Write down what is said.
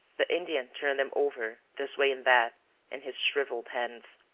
the indian turned them over this way and that in his shrivelled hands.